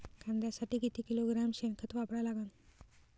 कांद्यासाठी किती किलोग्रॅम शेनखत वापरा लागन?